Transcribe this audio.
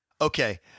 Okay